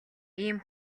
ийм